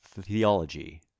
theology